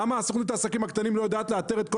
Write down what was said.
למה הסוכנות לעסקים קטנים לא יודעת לאתר את כל